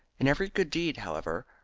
in every good deed, however,